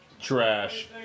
Trash